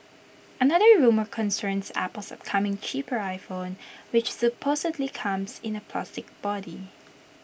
another rumour concerns Apple's upcoming cheaper iPhone which supposedly comes in A plastic body